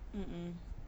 mm mm